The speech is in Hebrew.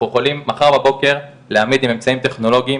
יכולים מחר בבוקר להעמיד עם אמצעים טכנולוגיים,